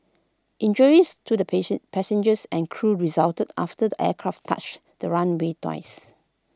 injuries to the patient passengers and crew resulted after the aircraft touched the runway twice